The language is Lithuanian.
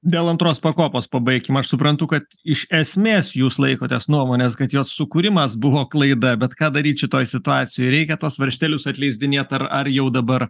dėl antros pakopos pabaikim aš suprantu kad iš esmės jūs laikotės nuomonės kad jos sukūrimas buvo klaida bet ką daryt šitoj situacijoj reikia tuos varžtelius atleisdinėti ar ar jau dabar